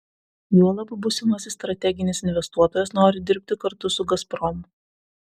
juolab būsimasis strateginis investuotojas nori dirbti kartu su gazprom